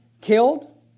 killed